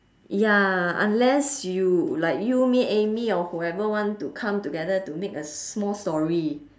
ya unless you like you me amy or whoever want to come together to make a small story